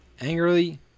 angrily